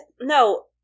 No